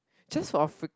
just for a